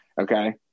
okay